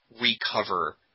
recover